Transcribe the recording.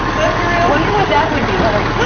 but i wonder what that would be like.